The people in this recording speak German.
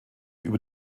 über